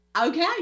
Okay